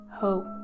hope